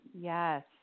Yes